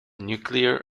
nuclear